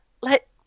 let